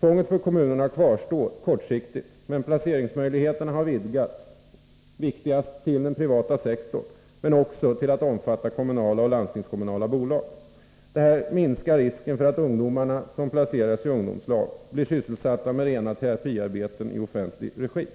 Tvånget för kommunerna kvarstår kortsiktigt, men placeringsmöjligheterna har vidgats, först och främst till den privata sektorn men också till att omfatta kommunala och landstingskommunala bolag. Detta minskar risken för att de ungdomar som placeras i ungdomslag blir sysselsatta med rena terapiarbeten i offentlig regi.